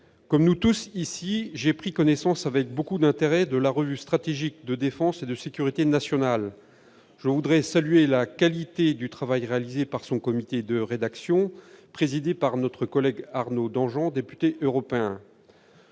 comme nous tous ici, j'ai pris connaissance avec beaucoup d'intérêt de la revue stratégique de défense et de sécurité nationale. Je veux saluer la qualité du travail réalisé par son comité de rédaction, présidé par notre collègue député européen,